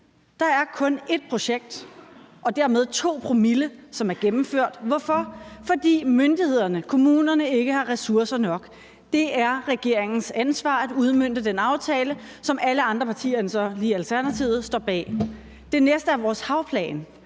Der er kun ét projekt og dermed 2 promille, som er gennemført. Hvorfor? Fordi myndighederne, kommunerne, ikke har ressourcer nok. Det er regeringens ansvar at udmønte den aftale, som alle andre partier end så lige Alternativet står bag. Det næste er vores havplan.